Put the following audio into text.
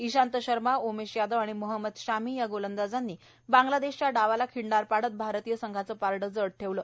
इशांत शर्मा उमेश यादव आणि मोहम्मद शमी या गोलंदाजांनी बांगलादेशच्या डावाला खिंडार पाडत भारतीय संघाचं पारडं जड ठेवलं